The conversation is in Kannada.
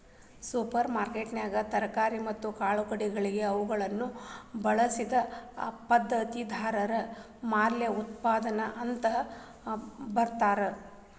ಸೂಪರ್ ಮಾರ್ಕೆಟ್ನ್ಯಾಗ ತರಕಾರಿ ಮತ್ತ ಕಾಳುಕಡಿಗಳಿಗೆ ಅವುಗಳನ್ನ ಬೆಳಿಸಿದ ಪದ್ಧತಿಆಧಾರದ ಮ್ಯಾಲೆ ಉತ್ಪನ್ನಗಳು ಅಂತ ಬರ್ದಿರ್ತಾರ